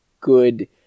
good